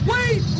Wait